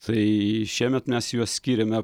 tai šiemet mes juos skyrėme